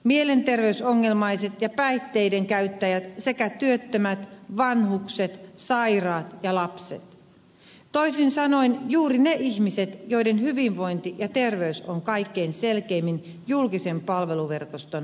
mielenterveysongelmaiset ja päihteidenkäyttäjät sekä työttömät vanhukset sairaat ja lapset toisin sanoen juuri ne ihmiset joiden hyvinvointi ja terveys on kaikkein selkeimmin julkisen palveluverkoston varassa